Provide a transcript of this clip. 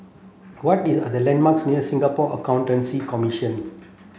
what is the are the landmarks near Singapore Accountancy Commission